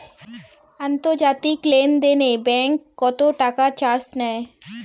আন্তর্জাতিক লেনদেনে ব্যাংক কত টাকা চার্জ নেয়?